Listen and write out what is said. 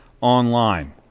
online